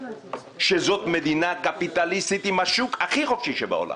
שהיא מדינה קפיטליסטית עם השוק הכי חופשי שבעולם,